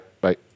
Bye